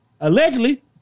Allegedly